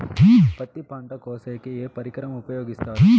పత్తి పంట కోసేకి ఏ పరికరం ఉపయోగిస్తారు?